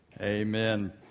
Amen